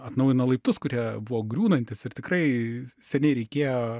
atnaujino laiptus kurie buvo griūnantys ir tikrai seniai reikėjo